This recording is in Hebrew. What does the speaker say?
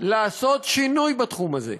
לעשות שינוי בתחום הזה,